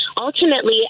ultimately